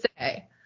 say